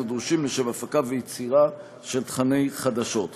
הדרושים לשם הפקה ויצירה של תוכני החדשות.